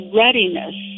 readiness